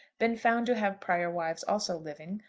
been found to have prior wives also living,